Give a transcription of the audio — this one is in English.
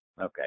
Okay